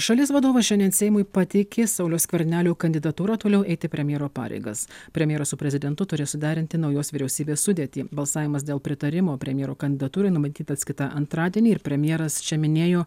šalies vadovas šiandien seimui pateikė sauliaus skvernelio kandidatūrą toliau eiti premjero pareigas premjeras su prezidentu turi suderinti naujos vyriausybės sudėtį balsavimas dėl pritarimo premjero kandidatūrai numatytas kitą antradienį ir premjeras čia minėjo